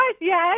Yes